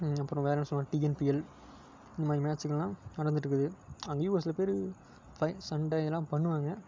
அப்புறோம் வேறு என்ன சொல்லணும் டிஎன்பிஎல் இந்தமாதிரி மேட்ச்சிங்களாம் நடந்துட்டுக்குது அங்கேயும் ஒரு சில பேர் ப சண்டை இதெல்லாம் பண்ணுவாங்க